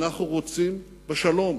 אנחנו רוצים בשלום.